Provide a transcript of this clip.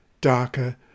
darker